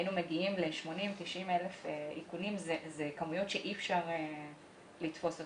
היינו מגיעים ל-90,000 איכונים ואלה כמויות שאי אפשר לתפוס אותן.